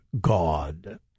God